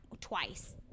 twice